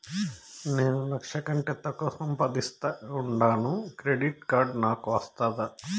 నేను లక్ష కంటే తక్కువ సంపాదిస్తా ఉండాను క్రెడిట్ కార్డు నాకు వస్తాదా